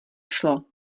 šlo